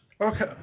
Okay